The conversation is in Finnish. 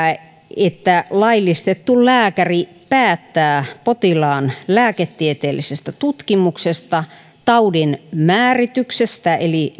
että laillistettu lääkäri päättää potilaan lääketieteellisestä tutkimuksesta taudinmäärityksestä eli